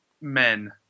men